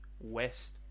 West